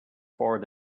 forward